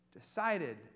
decided